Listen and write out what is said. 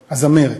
הזמרת.